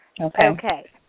Okay